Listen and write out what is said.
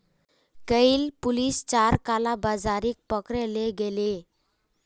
कइल पुलिस चार कालाबाजारिक पकड़े ले गेले